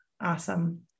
Awesome